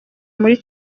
muri